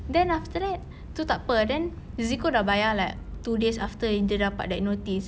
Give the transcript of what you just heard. then after that itu tak apa then zeko sudah bayar like two days after yang dia dapat that notice